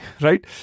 right